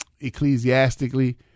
ecclesiastically